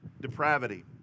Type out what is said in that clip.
depravity